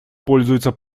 пользуется